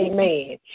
Amen